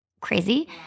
Crazy